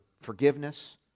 forgiveness